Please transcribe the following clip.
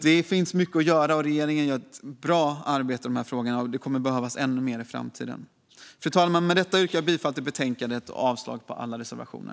Det finns mycket att göra, och regeringen gör ett bra arbete här. Det kommer att behövas ännu mer i framtiden. Fru talman! Med detta yrkar jag bifall till utskottets förslag i betänkandet och avslag på alla reservationer.